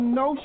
no